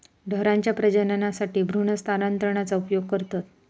ढोरांच्या प्रजननासाठी भ्रूण स्थानांतरणाचा उपयोग करतत